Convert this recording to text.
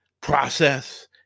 process